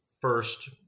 first